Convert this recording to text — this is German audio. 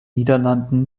niederlanden